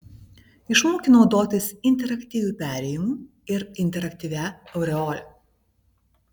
išmokti naudotis interaktyviu perėjimu ir interaktyvia aureole